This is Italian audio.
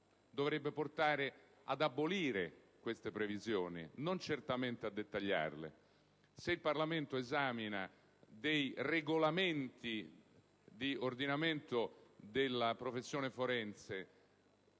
dovrebbe portare ad abolire queste previsioni, non certamente a dettagliarle. Il Parlamento esamina dei regolamenti di ordinamento della professione forense,